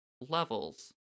levels